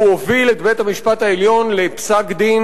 הוא הוביל את בית-המשפט העליון לפסק-דין